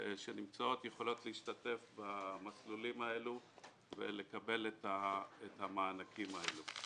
שנמצאות יכולות להשתתף במסלולים האלה ולקבל את המענקים האלה.